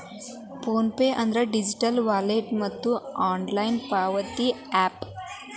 phone pay ಅಂದ್ರ digital wallet ಮತ್ತ online ಪಾವತಿ ಯಾಪ್